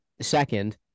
second